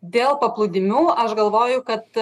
dėl paplūdimių aš galvoju kad